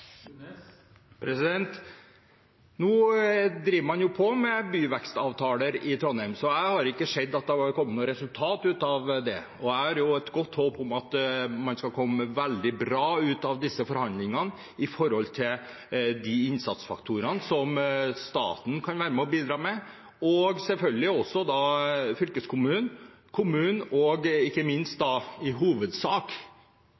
Nå driver man på med byvekstavtaler i Trondheim, så jeg har ikke sett at det har kommet noe resultat ut av det. Jeg har et godt håp om at man skal komme veldig bra ut av disse forhandlingene når det gjelder de innsatsfaktorene som staten kan være med og bidra med, og selvfølgelig også fylkeskommunen, kommunen og, ikke minst